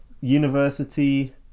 university